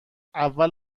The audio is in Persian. اول